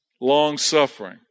long-suffering